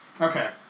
Okay